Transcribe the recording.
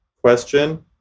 question